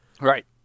Right